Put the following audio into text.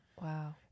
Wow